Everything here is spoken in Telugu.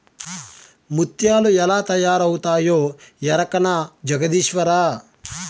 ముత్యాలు ఎలా తయారవుతాయో ఎరకనా జగదీశ్వరా